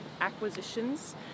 acquisitions